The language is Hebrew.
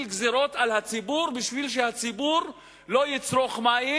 גזירות על הציבור בשביל שהציבור לא יצרוך מים,